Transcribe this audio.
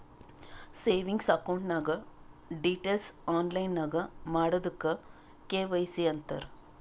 savings account ನಾಗ್ details online ನಾಗ್ ಮಾಡದುಕ್ ಕೆ.ವೈ.ಸಿ ಅಂತಾರ್